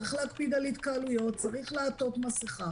צריכים להקפיד על התקהלויות וצריכים לעטות מסיכה